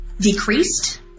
decreased